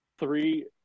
three